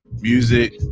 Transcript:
Music